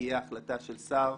שתהיה החלטה של שר